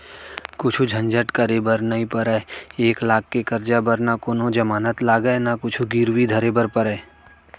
कुछु झंझट करे बर नइ परय, एक लाख के करजा बर न कोनों जमानत लागय न कुछु गिरवी धरे बर परय